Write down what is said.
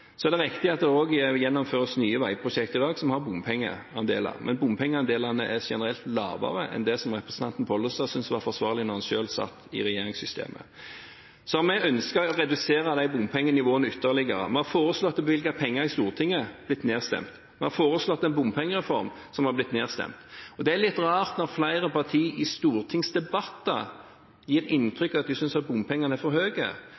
er riktig at det også i dag gjennomføres nye veiprosjekter som har bompengeandeler, men bompengeandelene er generelt lavere enn det som representanten Pollestad syntes var forsvarlig da han selv var i regjeringssystemet. Vi ønsker å redusere bompengenivået ytterligere. Vi har foreslått å bevilge penger i Stortinget og blitt nedstemt, og vi har foreslått en bompengereform som har blitt nedstemt. Det er litt rart at flere parti i stortingsdebatter gir inntrykk av at de synes bompengesatsene er for